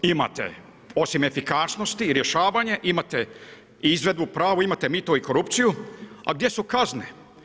Imate osim efikasnosti i rješavanje, imate izvedbu pravu, imate mito i korupciju, a gdje su kazne?